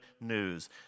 news